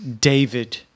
David